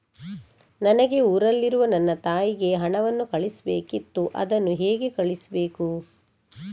ನನಗೆ ಊರಲ್ಲಿರುವ ನನ್ನ ತಾಯಿಗೆ ಹಣವನ್ನು ಕಳಿಸ್ಬೇಕಿತ್ತು, ಅದನ್ನು ಹೇಗೆ ಕಳಿಸ್ಬೇಕು?